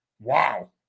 wow